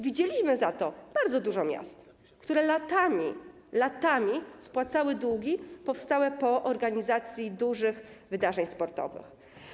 Widzieliśmy za to bardzo dużo miast, które latami, latami spłacały długi powstałe po organizacji dużych wydarzeń sportowych.